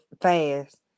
fast